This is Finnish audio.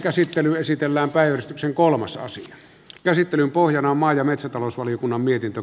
käsittelyn pohjana on maa ja metsätalousvaliokunnan mietintö